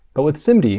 but with simd,